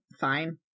fine